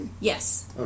Yes